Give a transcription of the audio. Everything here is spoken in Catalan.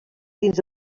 dins